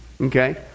okay